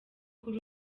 kuri